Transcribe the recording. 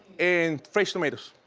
and fresh tomatoes.